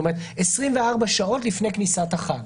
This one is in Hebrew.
זאת אומרת 24 שעות לפני כניסת החג,